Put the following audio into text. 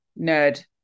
nerd